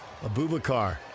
Abubakar